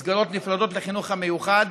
מסגרות נפרדות לחינוך המיוחד,